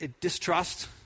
distrust